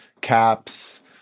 caps